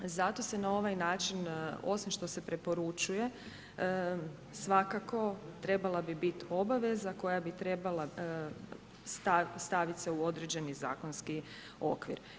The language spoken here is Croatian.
Zato se na ovaj način, osim što se preporučuje svakako trebala bi biti obaveza koja bi trebala staviti se u određeni zakonski okvir.